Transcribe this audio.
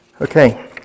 Okay